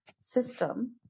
system